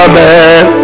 Amen